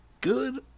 good